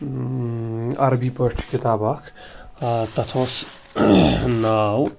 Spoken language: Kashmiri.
عربی پٲٹھۍ کِتاب اَکھ تَتھ اوس ناو